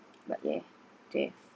but yeah death